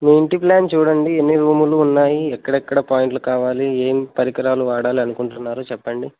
మీ ఇంటి ప్లాన్ చూడండి ఎన్ని రూములు ఉన్నాయి ఎక్కడెక్కడ పాయింట్లు కావాలి ఏం పరికరాలు వాడాలి అనుకుంటున్నారు చెప్పండి